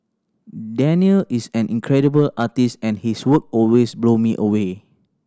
Danial is an incredible artist and his work always blow me away